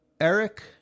Eric